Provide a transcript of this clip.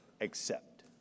accept